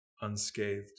unscathed